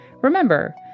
Remember